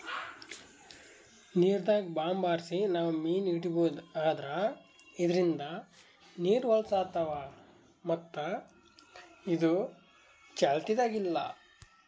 ನೀರ್ದಾಗ್ bomb ಹಾರ್ಸಿ ನಾವ್ ಮೀನ್ ಹಿಡೀಬಹುದ್ ಆದ್ರ ಇದ್ರಿಂದ್ ನೀರ್ ಹೊಲಸ್ ಆತವ್ ಮತ್ತ್ ಇದು ಚಾಲ್ತಿದಾಗ್ ಇಲ್ಲಾ